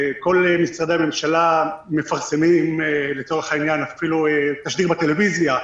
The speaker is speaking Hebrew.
כל משרדי הממשלה מפרסמים לצורך העניין אפילו תשדיר בטלוויזיה,